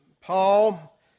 Paul